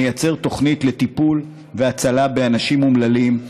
נייצר תוכנית לטיפול והצלה לאנשים אומללים,